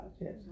yes